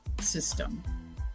system